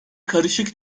karışık